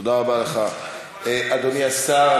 תודה רבה לך, אדוני השר.